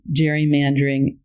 gerrymandering